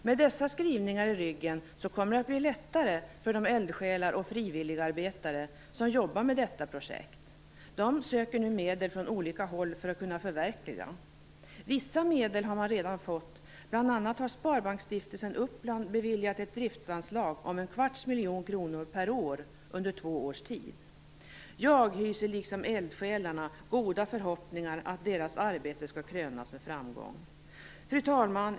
Med dessa skrivningar i ryggen kommer det att bli lättare för de eldsjälar och frivilligarbetare som jobbar med detta projekt. De söker nu medel från olika håll för att kunna förverkliga det. Vissa medel har man redan fått. Bl.a. har Sparbanksstiftelsen Uppland beviljat ett driftsanslag om en kvarts miljon kronor per år under två års tid. Jag hyser liksom eldsjälarna goda förhoppningar om att deras arbete skall krönas med framgång. Fru talman!